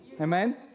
Amen